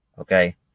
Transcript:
okay